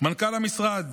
מנכ"ל המשרד